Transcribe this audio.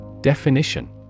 Definition